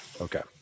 okay